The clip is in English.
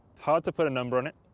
hard to put a number on it,